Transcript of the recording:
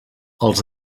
els